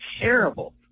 Terrible